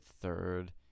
third